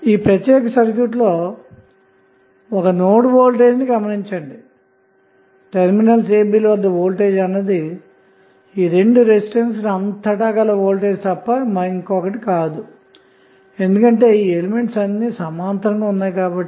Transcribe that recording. ఈ ప్రత్యేక సర్క్యూట్లో ఒక నోడ్ వోల్టేజ్ ని గమనించండి టెర్మినల్స్ ab ల వద్ద వోల్టేజ్ అన్నది రెండు రెసిస్టెన్స్ లు అంతటా గల వోల్టేజ్ తప్ప ఇంకోటి కాదు ఎందుకంటే ఆ మూలకాలన్నీ సమాంతరంగా ఉన్నాయి కాబట్టి